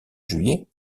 juillet